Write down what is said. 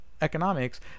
economics